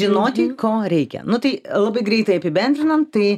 žinoti ko reikia nu tai labai greitai apibendrinam tai